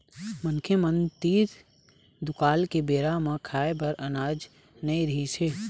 मनखे मन तीर दुकाल के बेरा म खाए बर अनाज नइ रिहिस हे